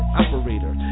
operator